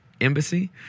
Embassy